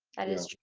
that is